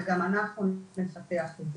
וגם אנחנו נפקח על זה.